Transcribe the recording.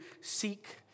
seek